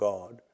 God